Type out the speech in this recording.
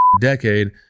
decade